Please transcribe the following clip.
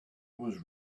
was